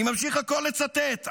אני ממשיך הכול לצטט,